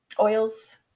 oils